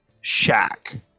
shack